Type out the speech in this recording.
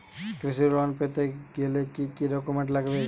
কৃষি লোন পেতে গেলে কি কি ডকুমেন্ট লাগবে?